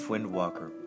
Windwalker